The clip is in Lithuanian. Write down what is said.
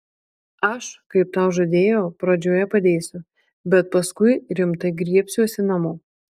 aš kaip tau žadėjau pradžioje padėsiu bet paskui rimtai griebsiuosi namo